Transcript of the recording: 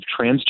transgender